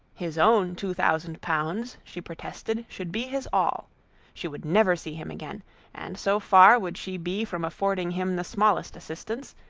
his own two thousand pounds she protested should be his all she would never see him again and so far would she be from affording him the smallest assistance,